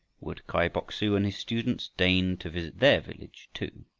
would kai bok-su and his students deign to visit their village too?